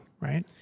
Right